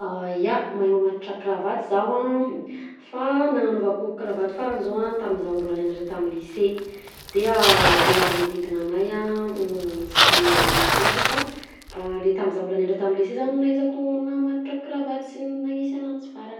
Ya mahay mamatotra kravaty zaho a fa nanaovako kravaty farany zao a taminy zah mbola nianatra tamin'ny lisea de olona magnodidina anahy a sy de manisy laotra fa a le taminy zah mbola nianatra tamy lisea zany nahaizako namatotra kravaty sy nanisy ananjy farany.